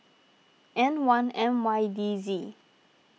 N one M Y D Z